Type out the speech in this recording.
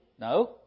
No